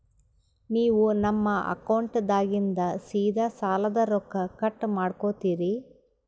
ನೀವು ನಮ್ಮ ಅಕೌಂಟದಾಗಿಂದ ಸೀದಾ ಸಾಲದ ರೊಕ್ಕ ಕಟ್ ಮಾಡ್ಕೋತೀರಿ?